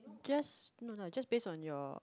guess no lah just based on your